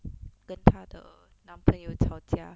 跟她的男朋友吵架